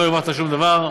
לא הרווחת שום דבר.